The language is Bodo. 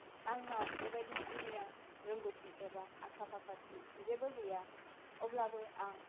आंनाव बेबायदि जुनिया रोंगौथि एबा आखा फाखाथि जेबो गैया अब्लाबो आं